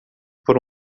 por